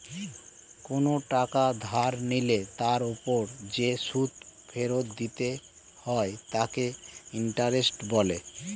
কোনো টাকা ধার নিলে তার উপর যে সুদ ফেরত দিতে হয় তাকে ইন্টারেস্ট বলে